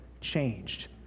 changed